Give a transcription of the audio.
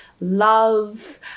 love